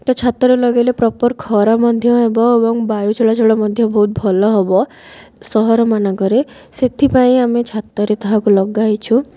ତ ଛାତରେ ଲଗେଇଲେ ପ୍ରପର୍ ଖରା ମଧ୍ୟ ହେବ ଏବଂ ବାୟୁ ଚଳାଚଳ ମଧ୍ୟ ବହୁତ ଭଲ ହେବ ସହରମାନଙ୍କରେ ସେଥିପାଇଁ ଆମେ ଛାତରେ ତାହାକୁ ଲଗାଇଛୁ